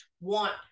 want